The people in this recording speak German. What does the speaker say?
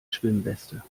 schwimmweste